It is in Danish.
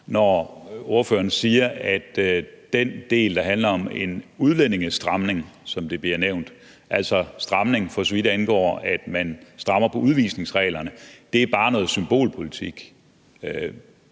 Når ordføreren siger, at den del, der handler om en udlændingestramning, som det bliver nævnt, altså en stramning, for så vidt angår, at man strammer op på udvisningsreglerne, bare er noget symbolpolitik,